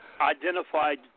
Identified